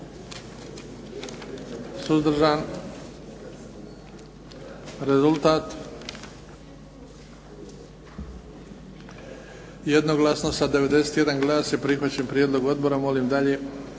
Suzdržan? Rezultat? Jednoglasno sa 91 glas je prihvaćen prijedlog odbora. Molim dalje.